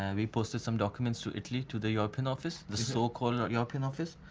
and we posted some documents to italy, to the european office. the so called european office.